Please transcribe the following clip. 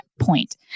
point